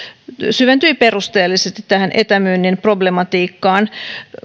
syventyi perusteellisesti tähän etämyynnin problematiikkaan